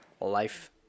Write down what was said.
life